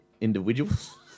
individuals